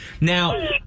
Now